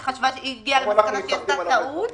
היא הגיעה למסקנה שהיא עשתה טעות,